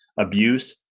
abuse